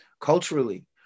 culturally